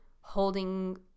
holding